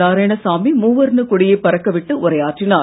நாராயணசாமி மூவர்ணக் கொடியை பறக்க விட்டு உரையாற்றினார்